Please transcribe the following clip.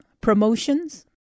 promotions